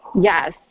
Yes